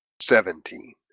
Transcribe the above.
Seventeen